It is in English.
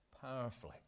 powerfully